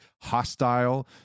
hostile